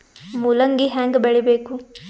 ಮೂಲಂಗಿ ಹ್ಯಾಂಗ ಬೆಳಿಬೇಕು?